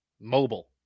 mobile